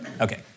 Okay